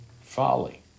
folly